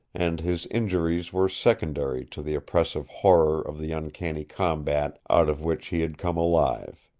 and his injuries were secondary to the oppressive horror of the uncanny combat out of which he had come alive.